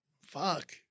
fuck